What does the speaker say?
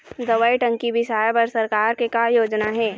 दवई टंकी बिसाए बर सरकार के का योजना हे?